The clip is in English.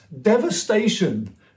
devastation